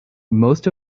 most